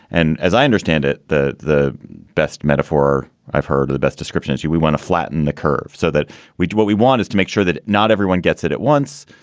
and as i understand it, the the best metaphor i've heard, the best description is do we want to flatten the curve so that we do what we want is to make sure that not everyone gets it at once,